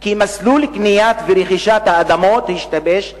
כי מסלול הקנייה והרכישה של האדמות השתבש קצת,